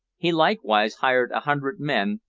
he likewise hired a hundred men,